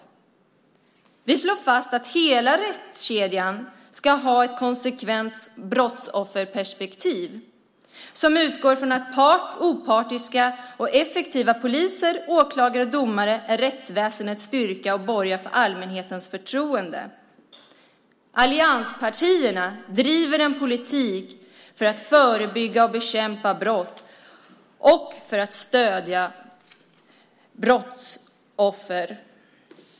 Vi slår fast att hela rättskedjan ska ha ett konsekvent brottsofferperspektiv som utgår från att opartiska och effektiva poliser, åklagare och domare är rättsväsendets styrka och borgar för allmänhetens förtroende. Allianspartierna driver en politik för att förebygga och bekämpa brott och för att stödja brottsoffer.